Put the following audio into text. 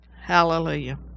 Hallelujah